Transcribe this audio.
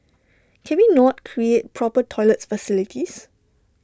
can we not create proper toilet facilities